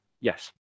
yes